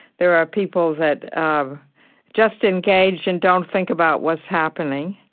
there are people that um just engage and don't think about what's happening.